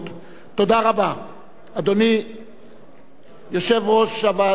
אדוני יושב-ראש הוועדה הפעיל והיעיל.